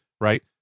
right